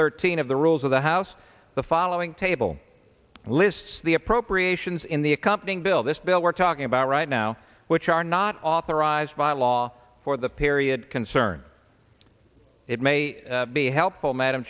thirteen of the rules of the house the following table lists the appropriations in the accompanying bill this bill we're talking about right now which are not authorized by law for the period concerned it may be helpful madam